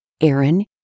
Aaron